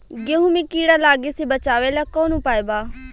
गेहूँ मे कीड़ा लागे से बचावेला कौन उपाय बा?